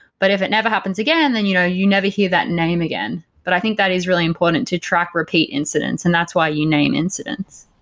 but if it never happens again, then you know you never hear that name again. but i think that is really important to track repeat incidents and that's why you name incidents